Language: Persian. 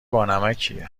بانمکیه